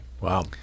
wow